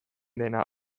dena